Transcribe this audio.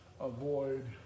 avoid